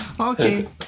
Okay